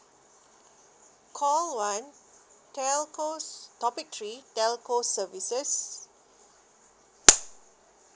call one telcos topic three telco services